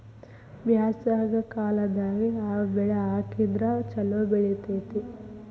ಬ್ಯಾಸಗಿ ಕಾಲದಾಗ ಯಾವ ಬೆಳಿ ಹಾಕಿದ್ರ ಛಲೋ ಬೆಳಿತೇತಿ?